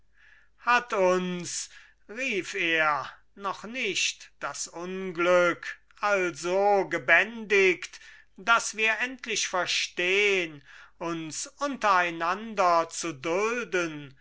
hat uns rief er noch nicht das unglück also gebändigt daß wir endlich verstehn uns untereinander zu dulden